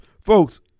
folks